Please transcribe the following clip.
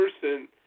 person